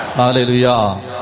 hallelujah